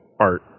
art